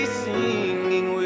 singing